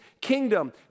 kingdom